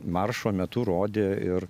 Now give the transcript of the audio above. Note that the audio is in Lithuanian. maršo metu rodė ir